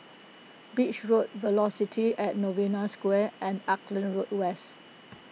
Beach Road Velocity at Novena Square and Auckland Road West